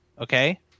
okay